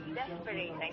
desperate